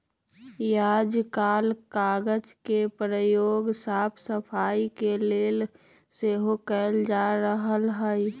याजकाल कागज के प्रयोग साफ सफाई के लेल सेहो कएल जा रहल हइ